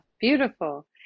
Beautiful